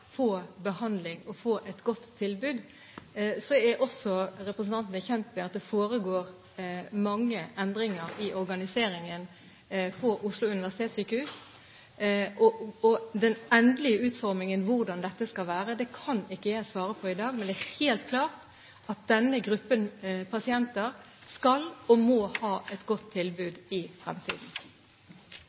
få behandling og få et godt tilbud. Representanten er også kjent med at det foregår mange endringer i organiseringen av Oslo universitetssykehus. Den endelige utformingen, hvordan dette skal være, kan ikke jeg svare på i dag, men det er helt klart at denne gruppen pasienter skal og må ha et godt tilbud i fremtiden.